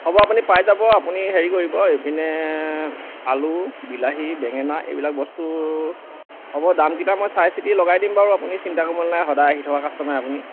হ'ব আপুনি পাই যাব আপুনি হেৰি কৰিব এইপিনে আলু বিলাহী বেঙেনা এইবিলাক বস্তু হ'ব দামকেইটা মই চাই চিতি লগাই দিম বাৰু আপুনি চিন্তা কৰিব নালাগে সদায় আহি থকা কাষ্টমাৰ আপুনি